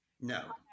No